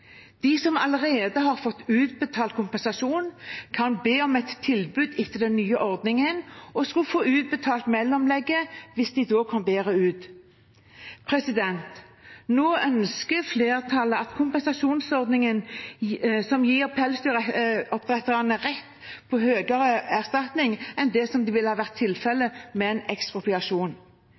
De som allerede hadde fått utbetalt kompensasjon, kunne be om et tilbud etter den nye ordningen og skulle få utbetalt mellomlegget hvis de da kom bedre ut. Nå ønsker flertallet en kompensasjonsordning som gir pelsdyroppdretterne rett på høyere erstatning enn det som ville ha vært tilfellet med en ekspropriasjon.